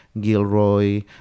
gilroy